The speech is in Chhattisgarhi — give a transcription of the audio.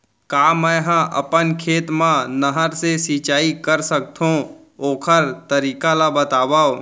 का मै ह अपन खेत मा नहर से सिंचाई कर सकथो, ओखर तरीका ला बतावव?